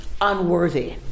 unworthy